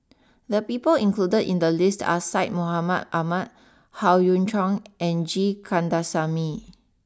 the people included in the list are Syed Mohamed Ahmed Howe Yoon Chong and G Kandasamy